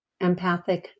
empathic